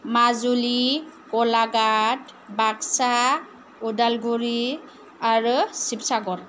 माजुलि गलाघाट बाकसा उदालगुरि आरो शिबसागर